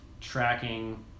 tracking